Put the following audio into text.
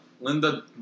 Linda